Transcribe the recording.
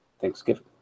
Thanksgiving